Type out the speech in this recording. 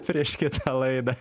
prieš kitą laidą